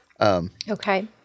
Okay